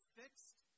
fixed